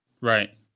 Right